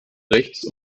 rechts